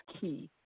key